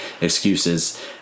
excuses